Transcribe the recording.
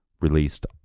released